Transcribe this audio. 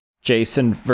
Jason